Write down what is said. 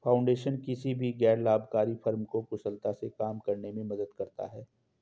foundation किसी भी गैर लाभकारी फर्म को कुशलता से काम करने में मदद करता हैं